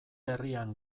herrian